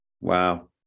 Wow